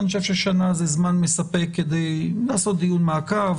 אני חושב ששנה זה זמן מספק כדי לעשות דיון מעקב,